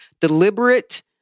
deliberate